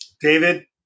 David